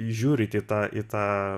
žiūrit į tą į tą